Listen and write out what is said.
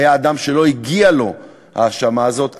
היה אדם שלא הגיעה לו ההאשמה הזאת,